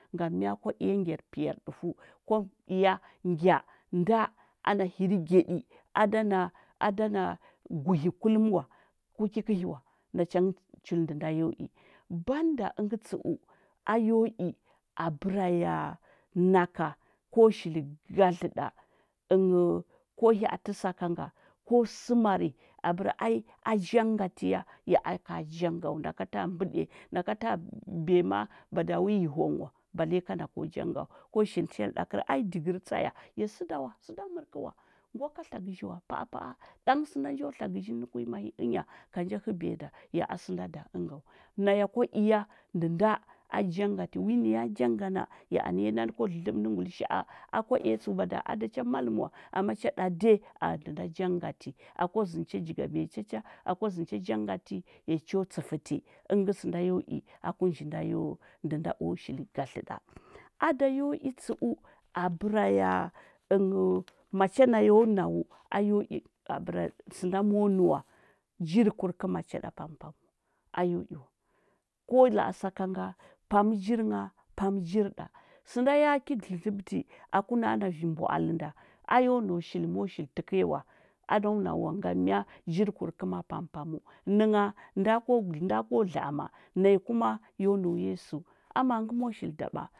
Ngam mya? Kwa ngyar piyar ɗufəu kwa i ya ngya nga ana hirgyaɗi, a da na a da na guhi kullum wa, ku ki kəhi wa, nacha ngə chul ndə nda yo i. Banda əngə tsəu, a yo i abəra ya, naka ko shili gadlə ɗa, ənghəu kə hya atə saka nga, ko səmari, abəra ai a janga ti ya, ya aka janga nda wa, naka taa ndəɗiya, naka taa biya ma a bada wi yi hong wa bale ka na ko janga wa. Ko shili shandə ɗa kər ai digər tsa ya, sə da wa, sə da mər kə wa. Ngwa ka tla gəzhi wa, pa apa a. Ɗang sənda njo tla gəzhi nə nə ku imahi i ənya, ga nja həbiya nda, ya a sənda da ənda wa. Naya kwa i ya ndə nda a janga ti wi nə janga na anə ya nani kwa dlədləɓə nə ngulisha a. Akwa i ya tsəu bada a da cha maləm wa, amma cha ɗa de a ndə nda janga ti. Akwa zəndə cha jigabiya cha cha, akwa zəndə cha jangati, ya cho tsəfəti. Əngə ngə sənda yo i aku nji nda ndə nda o shili gadlə ɗa. A da yo i tsəu, abəra ya, ənghəu macha naya o nau a yo i sənda mo məra jirikur kəma cha ɗa pampam wa, a yo i wa. Ko la a saka nga pam jiri ngha pam jiri ɗa, sənda ya ki dlədləɓətə aku na a na vi mbwa alə nda, a yo nau shili mo shi təkəya wa, a do nau wa ngam mya? Jirikur kəma pampaməu. nə ngha nda ko dla ama, naya kuma yo nəu yesu. Ama ngə shili ɗaɓa?